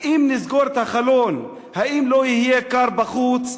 אם נסגור את החלון, האם לא יהיה קר בחוץ?